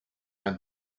and